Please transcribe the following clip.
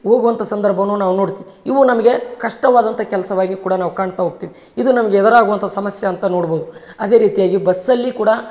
ಹೋಗುವಂತ ಸಂದರ್ಭ ನಾವು ನೋಡ್ತಿವಿ ಇವು ನಮಗೆ ಕಷ್ಟವಾದಂಥ ಕೆಲಸವಾಗಿ ಕೂಡ ನಾವು ಕಾಣ್ತಾ ಹೋಗ್ತಿವ್ ಇದು ನಮ್ಗೆ ಎದುರಾಗುವಂಥ ಸಮಸ್ಯೆ ಅಂತ ನೋಡ್ಬೋದು ಅದೇ ರೀತಿಯಾಗಿ ಬಸ್ಸಲ್ಲಿ ಕೂಡ